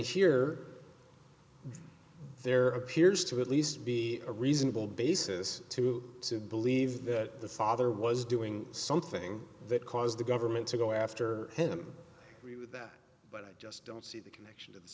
here there are appears to at least be a reasonable basis to believe that the father was doing something that caused the government to go after him with that but i just don't see the connection